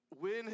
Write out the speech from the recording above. win